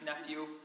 nephew